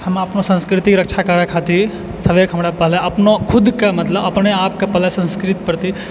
हम अपनो संस्कृतिके रक्षा करय खातिर सबसे पहिने हमरा अपनो पहिले खुदके मतलब अपनेआपके पहिले संस्कृतिके प्रति